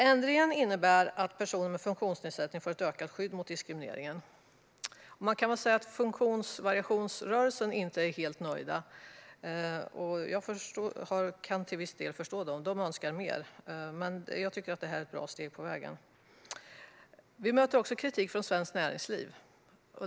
Ändringen innebär att personer med funktionsnedsättning får ett ökat skydd mot diskriminering. Man kan säga att funktionsvariationsrörelsen inte är helt nöjd. Man önskar mer. Jag kan till viss del förstå det, men jag tycker att det här är ett bra steg på vägen. Vi möter också kritik från Svenskt Näringsliv.